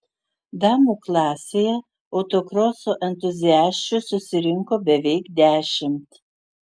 damų klasėje autokroso entuziasčių susirinko beveik dešimt